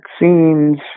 vaccines